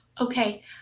Okay